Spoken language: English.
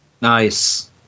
Nice